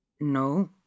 no